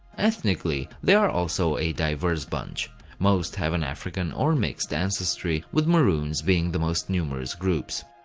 ethnically, they are also a diverse bunch most have an african or mixed ancestry, with marroons being the most numerous groups.